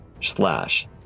slash